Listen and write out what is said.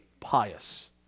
pious